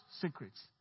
secrets